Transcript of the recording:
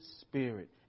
Spirit